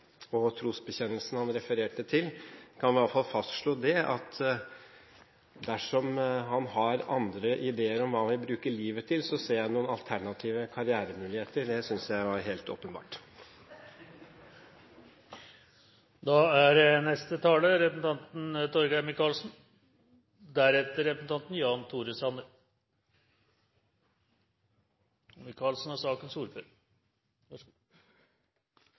og den trosbekjennelsen han refererte. En kan i alle fall fastslå at dersom han ikke har andre ideer om hva han vil bruke livet til, ser jeg noen alternative karrieremuligheter. Det er helt åpenbart!